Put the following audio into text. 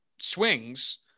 swings